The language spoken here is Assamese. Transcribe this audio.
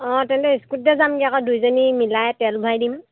অঁ তেন্তে স্কুটিতে যামগে আকৌ দুইজনী মিলাই তেল ভৰাই দিম